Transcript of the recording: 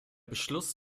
beschluss